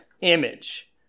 image